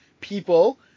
people